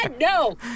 no